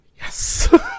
Yes